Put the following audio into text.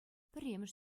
пӗрремӗш